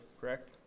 correct